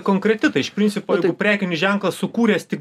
konkreti tai iš principo prekinis ženklas sukūręs tik